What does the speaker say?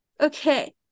Okay